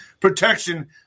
protection